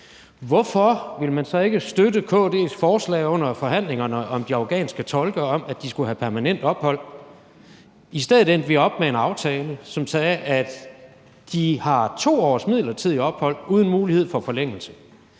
hvorfor ville man så ikke støtte KD's forslag under forhandlingerne om de afghanske tolke om, at de skulle have permanent ophold? I stedet endte vi med en aftale, som sagde, at de har 2 års midlertidigt ophold uden mulighed for forlængelse.